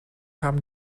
haben